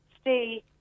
stay